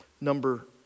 number